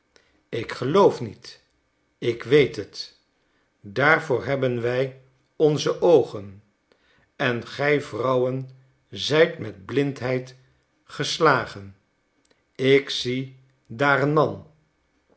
ik geloof niet ik weet het daarvoor hebben wij onze oogen en gij vrouwen zijt met blindheid geslagen ik zie daar een man